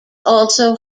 also